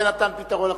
זה נתן פתרון,